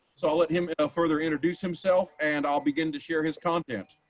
so i'll let him further introduce himself, and i'll begin to share his content.